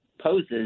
poses